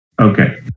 Okay